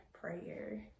prayer